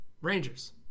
Rangers